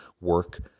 work